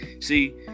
See